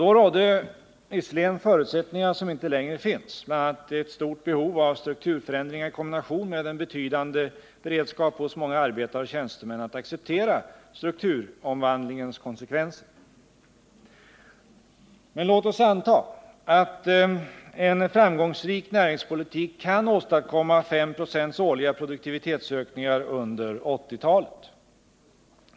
Då rådde visserligen förutsättningar som inte längre finns, bl.a. ett stort behov av strukturförändringar i kombination med en betydande beredskap hos många arbetare och tjänstemän att acceptera strukturomvandlingens konsekvenser, men låt OSS anta att en framgångsrik näringspolitik kan åstadkomma 5 96 årliga produktivitetsökningar under 1980-talet.